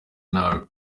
nabi